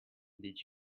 did